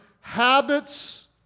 habits